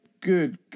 good